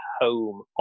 home